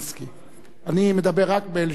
אני מדבר רק בלשון חיוב,